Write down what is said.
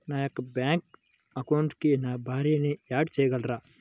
నా యొక్క బ్యాంక్ అకౌంట్కి నా భార్యని యాడ్ చేయగలరా?